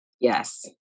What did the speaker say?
Yes